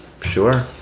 Sure